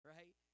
Right